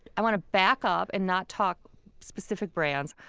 i want to back up and not talk specific brands.